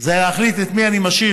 זה להחליט את מי אני משאיר,